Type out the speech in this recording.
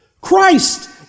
Christ